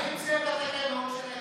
האם זה בתקנון של הכנסת,